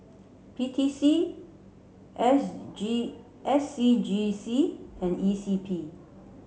P T C S G S C G C and E C P